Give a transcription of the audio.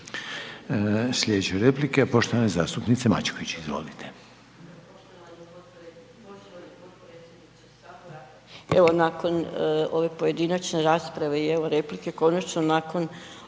Sljedeća replika je poštovane zastupnice Mačković. Izvolite.